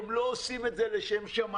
הם לא עושים את זה לשם שמיים